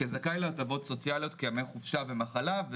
כזכאי להטבות סוציאליות כימי חופשה ומחלה.